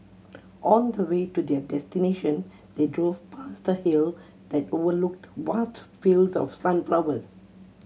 on the way to their destination they drove past a hill that overlooked vast fields of sunflowers